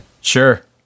Sure